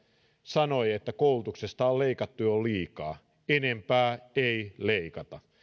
sanoi että koulutuksesta on leikattu jo liikaa enempää ei leikata